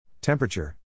Temperature